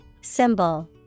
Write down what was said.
Symbol